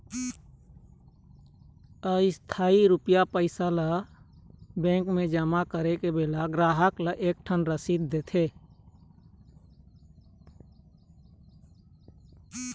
इस्थाई रकम जमा करवात बेरा बेंक ह गराहक ल एक ठन रसीद देथे